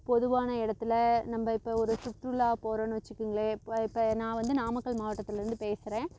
பொதுவான இடத்துல நம்ப இப்போ ஒரு சுற்றுலா போகறோன்னு வச்சிக்குங்களேன் இப்போ நான் வந்து நாமக்கல் மாவட்டத்துலருந்து பேசுகிறேன்